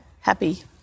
Happy